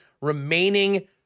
remaining